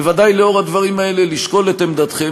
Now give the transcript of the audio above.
בוודאי לאור הדברים האלה, לשקול את עמדתכם.